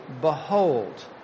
Behold